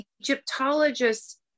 Egyptologists